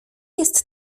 jest